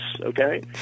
okay